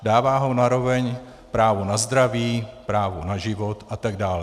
Dává ho naroveň právu na zdraví, právu na život atd.